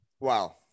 Wow